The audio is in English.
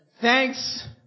thanks